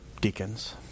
deacons